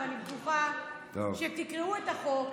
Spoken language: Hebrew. אני בטוחה שכשתקראו את החוק,